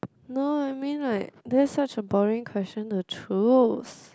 no I mean like that's such a boring question to choose